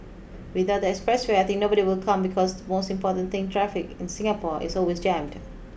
without the expressway I think nobody will come because the most important thing traffic in Singapore is always jammed